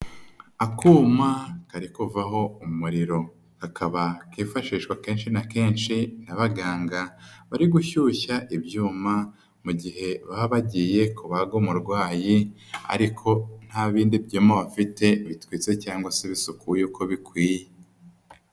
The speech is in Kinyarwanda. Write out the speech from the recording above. Akuma kari kuvaho umuriro, kakaba kifashishwa kenshi na kenshi n'abaganga bari gushyushya ibyuma mu gihe baba bagiye kubaga umurwayi ariko nta bindi byuma bafite bitwitse cyangwa se bisukuye uko bikwiye.